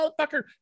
motherfucker